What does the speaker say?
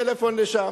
טלפון לשם.